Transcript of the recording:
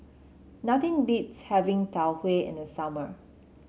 nothing beats having Tau Huay in the summer